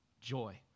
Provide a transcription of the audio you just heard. joy